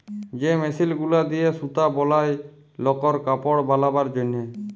যে মেশিল গুলা দিয়ে সুতা বলায় লকর কাপড় বালাবার জনহে